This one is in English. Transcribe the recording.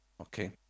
Okay